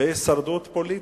בהישרדות פוליטית.